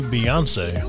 Beyonce